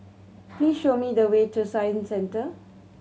please show me the way to Science Centre